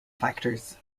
factors